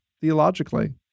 theologically